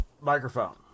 microphone